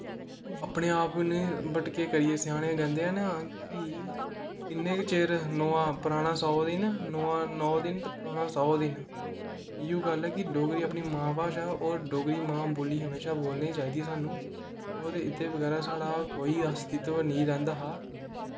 अपने आप कन्नै बट केह् करिये स्याने कैंह्दे ना कि किन्ने गै चिर नमां पराना सौ दिन नमां नौ दिन ते पराना सौ दिन इ'यो गल्ल ऐ कि डोगरी अपनी मां भाशा होर डोगरी मां बोली हमेशा बोलनी चाहिदी सानूं होर एह्दे बगैरा साढ़ा कोई अस्तित्व नेईं रैंह्दा हा